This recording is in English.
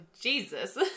Jesus